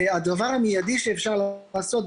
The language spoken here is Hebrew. הדבר המיידי שאפשר לעשות,